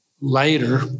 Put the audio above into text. later